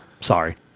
Sorry